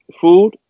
food